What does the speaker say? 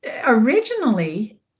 Originally